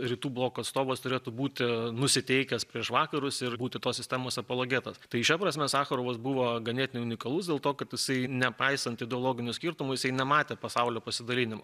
rytų bloko atstovas turėtų būti nusiteikęs prieš vakarus ir būti tos sistemos apologetas tai šia prasme sacharovas buvo ganėtinai unikalus dėl to kad jisai nepaisant ideologinių skirtumų jisai nematė pasaulio pasidalinimo